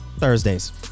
Thursdays